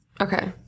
Okay